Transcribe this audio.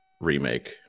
remake